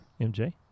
MJ